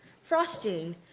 frosting